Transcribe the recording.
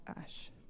ash